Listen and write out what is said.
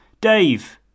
Dave